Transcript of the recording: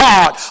God